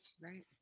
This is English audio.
Right